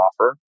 offer